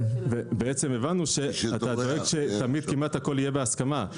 הבנו שכמעט תמיד הכול יהיה בהסכמה.